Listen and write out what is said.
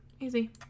easy